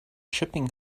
shipping